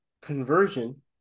conversion